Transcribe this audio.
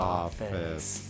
office